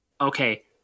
okay